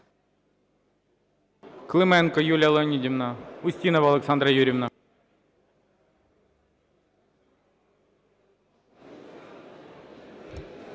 Клименко Юлія Леонідівна. Устінова Олександра Юріївна.